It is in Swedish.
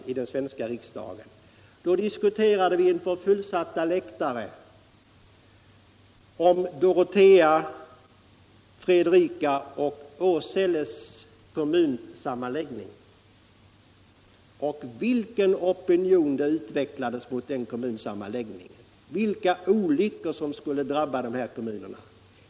Vi diskuterade då inför fullsatta läktare frågan om sammanläggningen av Dorotea, Fredrika och Åsele kommuner. Vil ken opinion utvecklades inte mot den kommunsammanläggningen! Vilka olyckor skulle inte drabba de här kommunerna!